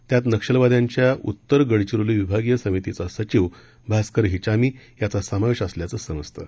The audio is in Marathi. त्यात नक्षलवाद्यांच्या उत्तर गडचिरोली विभागीय समितीचा सचिव भास्कर हिचामी याचा समावेश असल्याचं समजतं